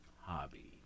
hobby